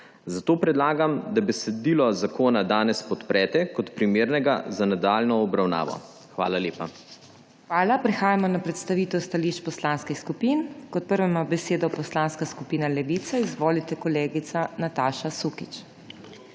Zato predlagam, da besedilo zakona danes podprete kot primernega za nadaljnjo obravnavo. Hvala lepa. **PODPREDSEDNICA MAG. MEIRA HOT:** Hvala. Prehajamo na predstavitev stališč poslanskih skupin. Kot prva ima besedo Poslanska skupina Levica. Izvolite, kolegica Nataša Sukič.